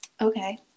Okay